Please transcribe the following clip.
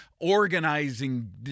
organizing